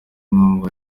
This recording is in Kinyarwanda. impamvu